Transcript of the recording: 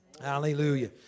Hallelujah